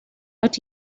but